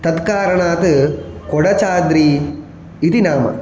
तत् कारणात् कोडचाद्रि इति नाम